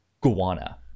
Guana